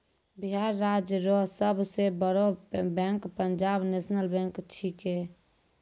बिहार राज्य रो सब से बड़ो बैंक पंजाब नेशनल बैंक छैकै